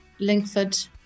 Linkford